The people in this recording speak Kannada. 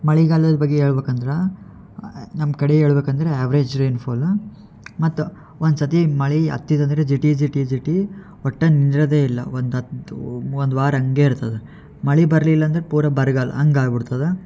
ಮಳಿಗಾಲದ ಬಗ್ಗೆ ಹೇಳ್ಬೇಕ್ ಅಂದ್ರೆ ನಮ್ಮ ಕಡೆ ಹೇಳ್ಬೇಕ್ ಅಂದ್ರೆ ಆ್ಯವ್ರೇಜ್ ರೈನ್ಫಾಲು ಮತ್ತು ಒಂದು ಸರ್ತಿ ಮಳೆ ಹತ್ತಿತ್ ಅಂದರೆ ಜಿಟಿ ಜಿಟಿ ಜಿಟಿ ಒಟ್ಟು ನಿಂದ್ರೋದೇ ಇಲ್ಲ ಒಂದು ಹತ್ತು ಒಂದು ವಾರ ಹಂಗೇ ಇರ್ತದೆ ಮಳೆ ಬರಲಿಲ್ಲ ಅಂದ್ರೆ ಪೂರಾ ಬರಗಾಲ ಹಂಗಾಗ್ ಬಿಡ್ತದೆ